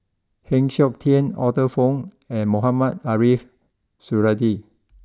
Heng Siok Tian Arthur Fong and Mohamed Ariff Suradi